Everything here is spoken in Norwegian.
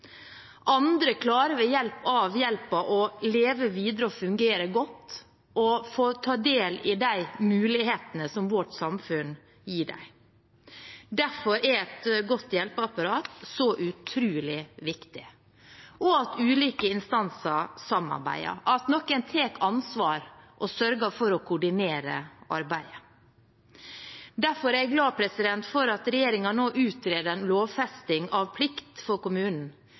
Andre klarer med slik hjelp å leve videre, fungere godt og ta del i de mulighetene som vårt samfunn gir dem. Derfor er et godt hjelpeapparat så utrolig viktig – at ulike instanser samarbeider, og at noen tar ansvar og sørger for å koordinere arbeidet. Derfor er jeg glad for at regjeringen nå utreder en lovfesting av plikt for kommunen